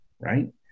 right